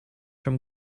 from